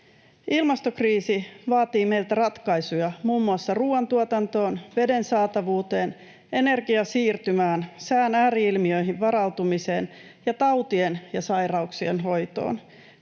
Ilmastokriisi vaatii meiltä ratkaisuja muun muassa ruuantuotantoon, veden saatavuuteen, energiasiirtymään, sään ääri-ilmiöihin varautumiseen ja tautien ja sairauksien hoitoon.